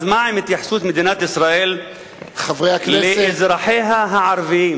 אז מה עם התייחסות מדינת ישראל לאזרחיה הערבים?